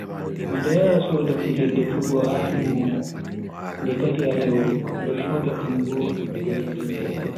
Mido yaha sooda kuje defugo ha lumo nde tati ha lewru, mido soda dum dow ujune nogas.